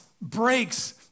breaks